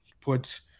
puts